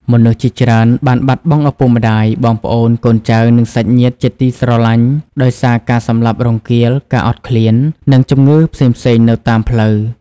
មនុស្សជាច្រើនបានបាត់បង់ឪពុកម្ដាយ បងប្អូន កូនចៅ និងសាច់ញាតិជាទីស្រឡាញ់ដោយសារការសម្លាប់រង្គាល ការអត់ឃ្លាន និងជំងឺផ្សេងៗនៅតាមផ្លូវ។